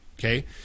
Okay